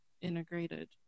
integrated